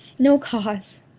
no cause.